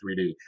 3D